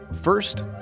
First